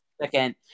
second